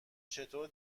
چطوری